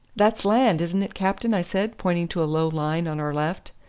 that's land, isn't it, captain? i said, pointing to a low line on our left.